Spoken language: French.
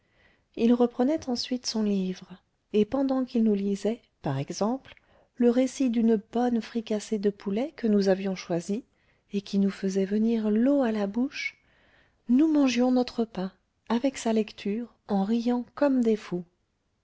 il reprenait ensuite son livre et pendant qu'il nous lisait par exemple le récit d'une bonne fricassée de poulet que nous avions choisie et qui nous faisait venir l'eau à la bouche nous mangions notre pain avec sa lecture en riant comme des fous